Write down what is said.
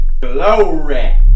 Glory